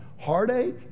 heartache